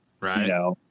Right